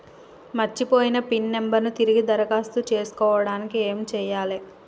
మర్చిపోయిన PIN number ను తిరిగి దరఖాస్తు చేసుకోవడానికి ఏమి చేయాలే?